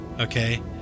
okay